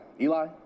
Eli